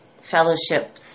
Fellowship